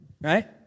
right